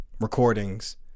recordings